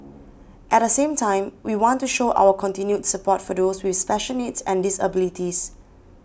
at the same time we want to show our continued support for those with special needs and disabilities